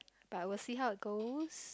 but I will see how it goes